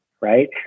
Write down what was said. right